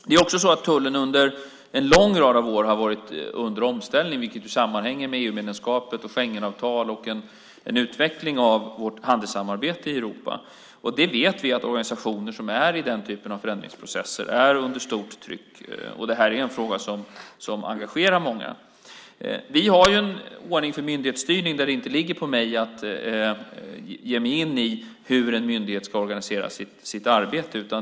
Det är också så att tullen under en lång rad av år har varit under omställning, vilket sammanhänger med EU-medlemskapet, Schengenavtalet och utvecklingen av vårt handelssamarbete i Europa. Vi vet att organisationer som är i den typen av förändringsprocesser är under stort tryck. Detta är en fråga som engagerar många. Vi har en ordning för myndighetsstyrning som innebär att det inte ligger på mig att ge mig in i hur en myndighet ska organisera sitt arbete.